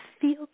feel